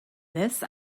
this